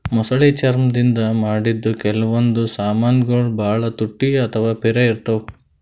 ಮೊಸಳಿ ಚರ್ಮ್ ದಿಂದ್ ಮಾಡಿದ್ದ್ ಕೆಲವೊಂದ್ ಸಮಾನ್ಗೊಳ್ ಭಾಳ್ ತುಟ್ಟಿ ಅಥವಾ ಪಿರೆ ಇರ್ತವ್